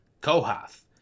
Kohath